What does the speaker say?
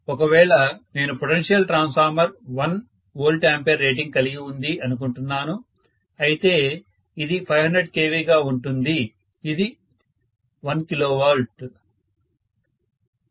ఒకవేళ నేను potential transformer 1 VA rating కలిగి ఉంది అనుకుంటున్నాను అయితే ఇది 500 kV గా ఉంటుంది ఇది కిలోవాల్ట్ 1 kV